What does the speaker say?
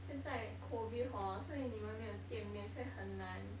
现在 COVID hor 所以你们没有见面所以很难